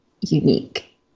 unique